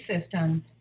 systems